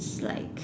is like